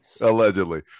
Allegedly